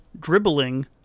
dribbling